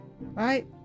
Right